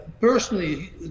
personally